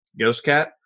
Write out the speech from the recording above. Ghostcat